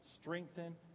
strengthen